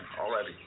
already